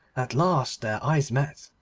at last their eyes met,